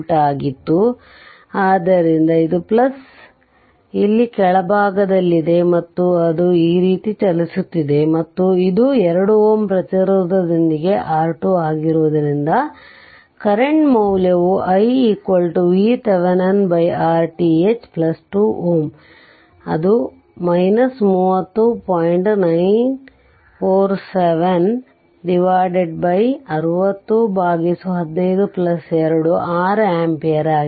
947volt ಆಗಿತ್ತು ಆದ್ದರಿಂದ ಇದು ಇಲ್ಲಿ ಕೆಳಭಾಗದಲ್ಲಿದೆ ಮತ್ತು ಅದು ಈ ರೀತಿ ಚಲಿಸುತ್ತಿದೆ ಮತ್ತು ಇದು 2 Ω ಪ್ರತಿರೋಧದೊಂದಿಗೆ R2 ಆಗಿರುವುದರಿಂದ ಕರೆಂಟ್ ಮೌಲ್ಯವು i VThevenin Rth2 Ω 30